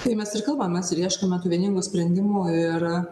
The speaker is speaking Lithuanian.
tai mes ir kalbamės ir ieškome tų vieningų sprendimų ir